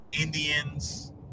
Indians